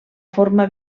forma